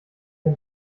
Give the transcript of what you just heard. mit